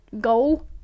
goal